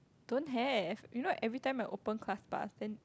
don't have you know every time I open Class Pass then